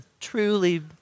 truly